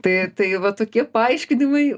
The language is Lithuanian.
tai tai va tokie paaiškinimai